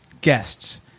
guests